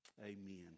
amen